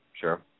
sure